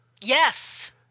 Yes